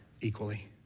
equally